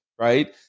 right